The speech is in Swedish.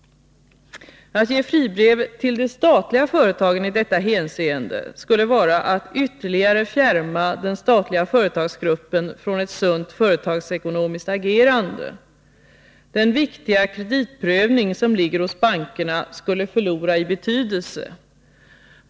Att ge fribrev till de statliga företagen i detta hänseende skulle vara att ytterligare fjärma den statliga företagsgruppen från ett sunt företagsekonomiskt agerande. Den viktiga kreditprövning som ligger hos bankerna skulle förlora i betydelse.